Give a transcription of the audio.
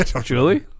julie